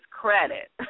credit